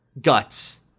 guts